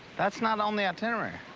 that's not on the itinerary.